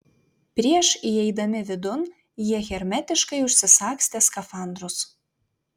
prieš įeidami vidun jie hermetiškai užsisagstė skafandrus